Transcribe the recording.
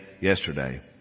Yesterday